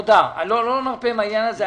לא נרפה מהעניין הזה.